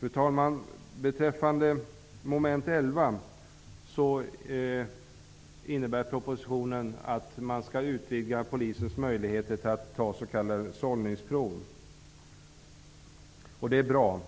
Fru talman! Beträffande mom. 11 innebär propositionen att man skall utvidga polisens möjligheter att ta s.k. sållningsprov. Det är ett bra förslag.